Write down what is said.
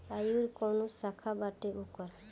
आयूरो काऊनो शाखा बाटे ओकर